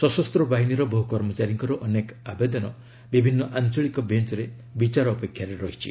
ସଶସ୍ତ ବାହିନୀର ବହୁ କର୍ମଚାରୀଙ୍କର ଅନେକ ଆବେଦନ ବିଭିନ୍ନ ଆଞ୍ଚଳିକ ବେଞ୍ଚ୍ରେ ବିଚାର ଅପେକ୍ଷାରେ ରହିଛି